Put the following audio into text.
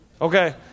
Okay